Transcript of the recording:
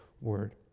word